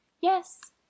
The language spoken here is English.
Yes